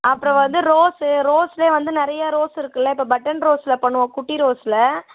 அப்புறம் வந்து ரோஸ்ஸு ரோஸில் வந்து நிறைய ரோஸ் இருக்குதுல்ல இப்போ பட்டன் ரோஸில் பண்ணுவோம் குட்டி ரோஸில்